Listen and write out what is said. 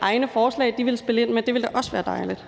egne forslag, de ville spille ind med. Det ville da også være dejligt.